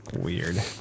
Weird